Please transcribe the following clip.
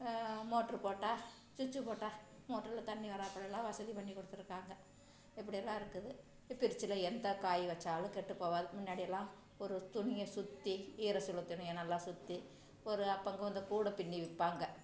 motor போட்டால் ஸ்விட்ச்சு போட்டால் மோட்டரில் தண்ணி வராப்புலல்லாம் வசதி பண்ணி கொடுத்துருக்காங்க இப்படியெல்லாம் இருக்குது பிரிட்ஜில் எந்த காய் வச்சாலும் கெட்டுப் போவாது முன்னாடியெல்லாம் ஒரு துணியை சுற்றி ஈரசுல துணியை நல்லா சுற்றி ஒரு அப்பங்க இந்த கூட பிண்ணி விற்பாங்க